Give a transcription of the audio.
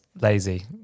lazy